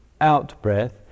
out-breath